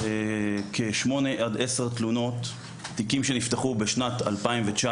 כשמונה עד עשר תלונות, ותיקים שנפתחו בשנת 2019